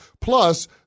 Plus